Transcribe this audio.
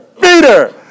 Peter